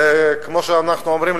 וכמו שאנחנו אומרים,